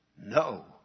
no